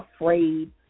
afraid